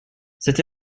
cette